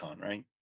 right